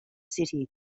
city